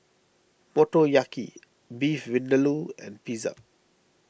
Motoyaki Beef Vindaloo and Pizza